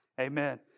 amen